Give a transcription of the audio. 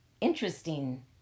interesting